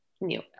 new